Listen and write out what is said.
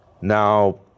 Now